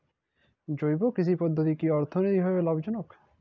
জৈব কৃষি পদ্ধতি কি অর্থনৈতিকভাবে লাভজনক?